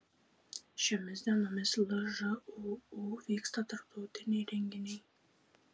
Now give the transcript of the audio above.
šiomis dienomis lžūu vyksta tarptautiniai renginiai